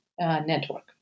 Network